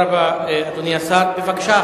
אדוני השר, תודה רבה.